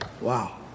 wow